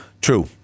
true